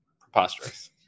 preposterous